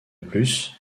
plus